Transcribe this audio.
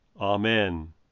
Amen